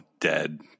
dead